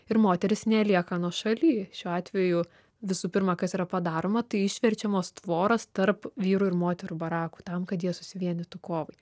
ir moterys nelieka nuošaly šiuo atveju visų pirma kas yra padaroma tai išverčiamos tvoros tarp vyrų ir moterų barakų tam kad jie susivienytų kovai